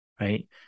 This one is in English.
right